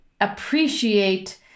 appreciate